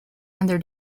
under